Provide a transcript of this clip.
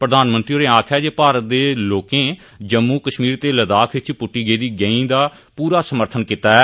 प्रधानमंत्री होरें आखेआ जे भारत दे लोकें जम्मू कश्मीर ते लद्दाख च पुट्टी गेदी गैंहीं दा पूरा समर्थन कीता ऐ